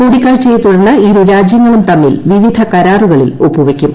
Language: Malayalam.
കൂടിക്കാഴ്ചയെ തുടർന്ന് ഇരു രാജ്യങ്ങളും തമ്മിൽ വിവിധ കരാറുകളിൽ ഒപ്പുവെയ്ക്കും